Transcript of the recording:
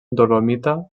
dolomita